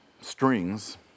strings